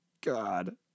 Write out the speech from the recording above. God